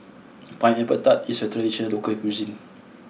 Pineapple Tart is a traditional local cuisine